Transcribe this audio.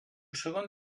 segon